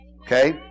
Okay